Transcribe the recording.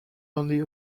only